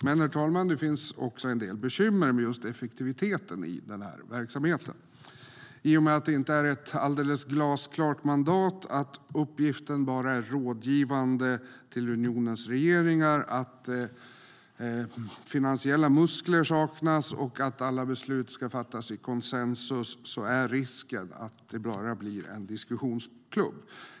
Det finns dock, herr talman, en del bekymmer med just effektiviteten i den här verksamheten. I och med att det inte finns ett glasklart mandat, att uppgiften bara är rådgivande till unionens regeringar, att finansiella muskler saknas och att alla beslut ska fattas i konsensus är risken att det bara blir en diskussionsklubb.